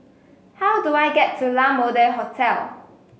how do I get to La Mode Hotel